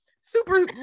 super